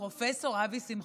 פרופ' אבי שמחון,